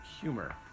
humor